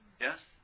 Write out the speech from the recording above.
Yes